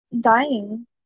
dying